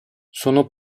sono